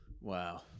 Wow